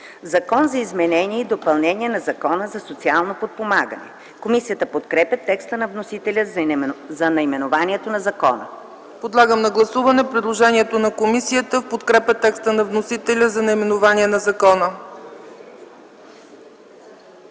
„Закон за изменение и допълнение на Закона за социално подпомагане”. Комисията подкрепя текста на вносителя за наименованието на закона. ПРЕДСЕДАТЕЛ ЦЕЦКА ЦАЧЕВА: Подлагам на гласуване предложението на комисията в подкрепа текста на вносителя за наименованието на закона.